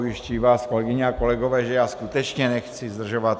Ujišťuji vás, kolegyně, kolegové, že já skutečně nechci zdržovat.